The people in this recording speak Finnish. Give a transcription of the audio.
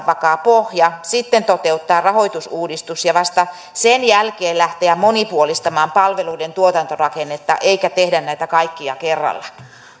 vakaa pohja sitten toteuttaa rahoitusuudistus ja vasta sen jälkeen lähteä monipuolistamaan palveluiden tuotantorakennetta eikä tehdä näitä kaikkia kerralla